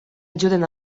ajuden